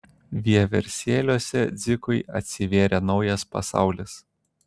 vieversėliuose dzikui atsivėrė naujas pasaulis